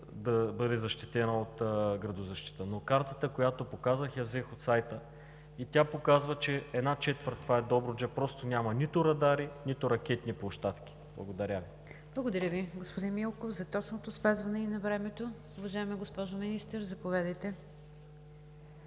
да бъде защитена от градозащита, но картата, която показах, я взех от сайта. Тя показва, че една четвърт – това е Добруджа, просто няма нито радари, нито ракетни площадки. Благодаря Ви. ПРЕДСЕДАТЕЛ НИГЯР ДЖАФЕР: Благодаря Ви, господин Милков, за точното спазване и на времето. Уважаема госпожо Министър, заповядайте.